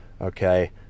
Okay